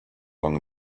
along